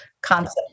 concept